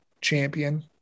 champion